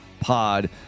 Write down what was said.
pod